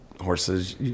horses